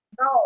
No